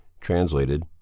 translated